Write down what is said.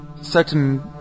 certain